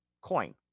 coin